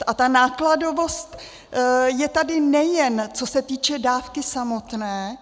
A ta nákladovost je tady, nejen co se týče dávky samotné.